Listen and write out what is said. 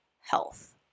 health